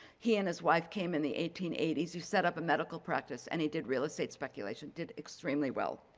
he and his wife came in the eighteen eighty s who set up a medical practice and he did real estate speculation, did extremely well.